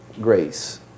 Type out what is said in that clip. grace